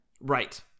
Right